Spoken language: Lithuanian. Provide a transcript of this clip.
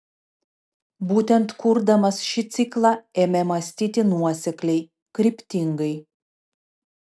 būtent kurdamas šį ciklą ėmė mąstyti nuosekliai kryptingai